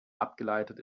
abgeleitet